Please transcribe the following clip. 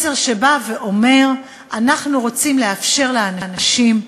מסר שבא ואומר: אנחנו רוצים לאפשר לאנשים,